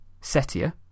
Setia